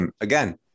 Again